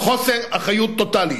חוסר אחריות טוטלי.